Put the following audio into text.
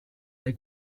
dei